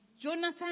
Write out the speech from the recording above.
Jonathan